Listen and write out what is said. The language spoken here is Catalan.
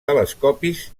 telescopis